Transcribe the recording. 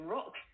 Rock